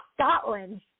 Scotland